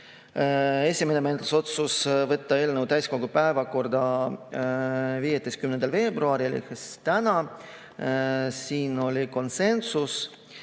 Esimene menetlusotsus: võtta eelnõu täiskogu päevakorda 15. veebruaril ehk täna, siin oli konsensus.